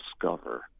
discover